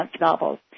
novels